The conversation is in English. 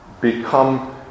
become